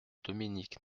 dominique